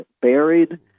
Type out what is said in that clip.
buried